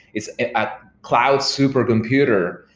it's at cloud super computer,